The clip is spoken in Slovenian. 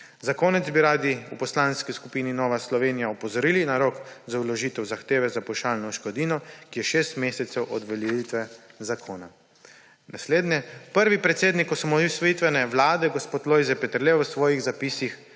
Za konec bi radi v Poslanski skupini Nova Slovenija opozorili na rok za vložitev zahteve za pavšalno odškodnino, ki je šest mesecev od uveljavitve zakona. Naslednje. Prvi predsednik osamosvojitvene vlade gospod Lojze Peterle v svojih zapisih